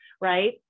Right